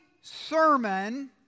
sermon